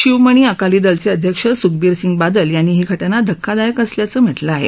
शिवमणी अकाली दलचे अध्यक्ष सुखबिरसिंग बादल यांनी ही घटना धक्कादायक असल्याचं म्हटलं आहे